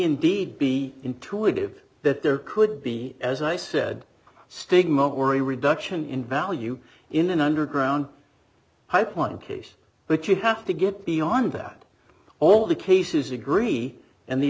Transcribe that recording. indeed be intuitive that there could be as i said stigma or a reduction in value in an underground hope one case but you have to get beyond that all the cases agree and the